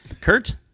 kurt